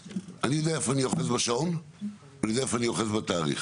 אני יודע איפה אני אוחז בשעון ואני יודע איפה אני אוחז בתאריך.